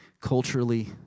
culturally